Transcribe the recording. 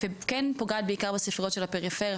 וכן פוגעת בעיקר בספריות של הפריפריה,